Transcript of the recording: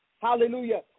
Hallelujah